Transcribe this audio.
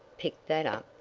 picked that up.